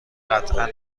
قطعا